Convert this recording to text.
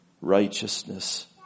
righteousness